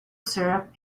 syrup